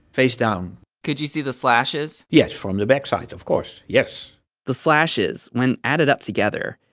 face down could you see the slashes? yes, from the back side, of course. yes the slashes, when added up together,